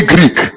Greek